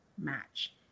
Match